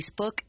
Facebook